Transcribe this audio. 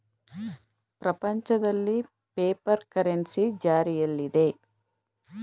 ಪ್ರಪಂಚದಲ್ಲಿ paper currency ಜಾರಿಯಲ್ಲಿದೆ